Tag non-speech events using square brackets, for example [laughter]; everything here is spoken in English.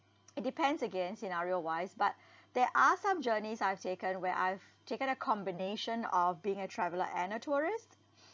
[noise] it depends again scenario wise but there are some journeys I've taken where I've taken a combination of being a traveller and a tourist [noise]